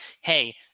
hey